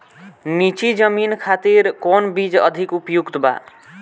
नीची जमीन खातिर कौन बीज अधिक उपयुक्त बा?